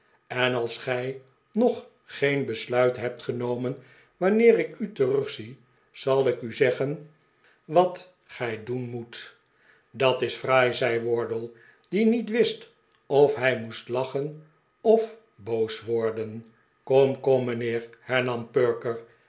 en als gij nog geen besluit hebt genomen wanneer ik u terugzie zal ik u zeggen wat gij doen moet dat is fraai zei wardle die niet wist of hij mpest lachen of boos worden kom kom mijnheer hernam perker